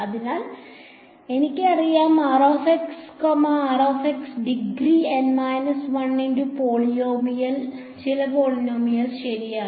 അതിനാൽ എനിക്കറിയാം degree N 1 ന്റെ ചില പോളിനോമിയൽ ശരിയാണ്